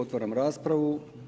Otvaram raspravu.